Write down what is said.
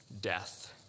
death